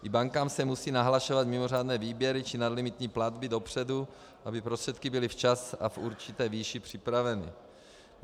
I bankám se musí nahlašovat mimořádné výběry či nadlimitní platby dopředu, aby prostředky byly včas a v určité výši připraveny.